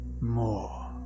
more